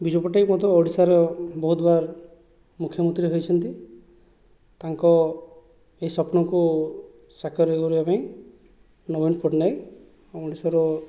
ବିଜୁ ପଟ୍ଟନାୟକ ମଧ୍ୟ ଓଡ଼ିଶାର ବହୁତ ବାର ମୁଖ୍ୟମନ୍ତ୍ରୀ ହୋଇଛନ୍ତି ତାଙ୍କ ଏହି ସ୍ଵପ୍ନକୁ ସାକାର କରିବା ପାଇଁ ନବୀନ ପଟ୍ଟନାୟକ ଓଡ଼ିଶାର